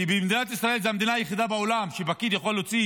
כי מדינת ישראל זו המדינה היחידה בעולם שפקיד יכול להוציא